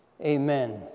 Amen